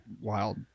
wild